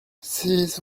ces